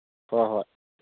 ꯍꯣꯏ ꯍꯣꯏ